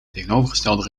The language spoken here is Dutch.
tegenovergestelde